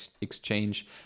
exchange